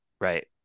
Right